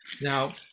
Now